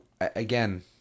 again